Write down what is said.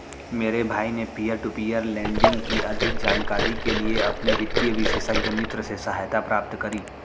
मेरे भाई ने पियर टू पियर लेंडिंग की अधिक जानकारी के लिए अपने वित्तीय विशेषज्ञ मित्र से सहायता प्राप्त करी